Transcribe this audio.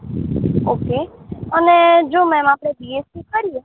okay અને જો madam આપણે બી એસ સી કરીએ